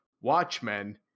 Watchmen